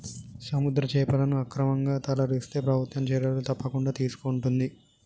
సముద్ర చేపలను అక్రమంగా తరలిస్తే ప్రభుత్వం చర్యలు తప్పకుండా తీసుకొంటది